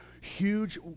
huge